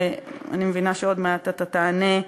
שאני מבינה שעוד מעט אתה תענה,